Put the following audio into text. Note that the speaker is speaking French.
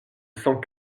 sans